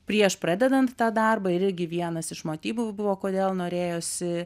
prieš pradedant tą darbą irgi vienas iš motyvų buvo kodėl norėjosi